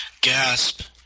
Gasp